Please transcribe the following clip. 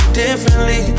differently